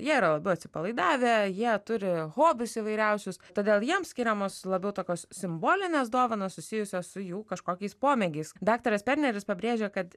jie yra labiau atsipalaidavę jie turi hobius įvairiausius todėl jiems skiriamos labiau tokios simbolinės dovanos susijusios su jų kažkokiais pomėgiais daktaras perneris pabrėžia kad